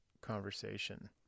conversation